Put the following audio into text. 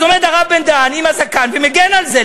אז עומד הרב בן-דהן, עם הזקן, ומגן על זה.